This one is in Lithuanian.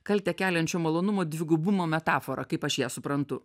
kaltę keliančio malonumo dvigubumo metaforą kaip aš ją suprantu